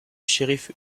sheriff